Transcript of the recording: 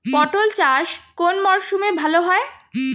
পটল চাষ কোন মরশুমে ভাল হয়?